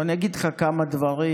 אני אגיד לך כמה דברים,